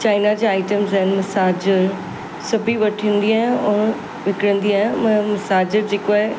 China जी items आहिनि massager सभी वठंदी आहियां और विकिणंदी आहियां मां मसाजर जेको आहे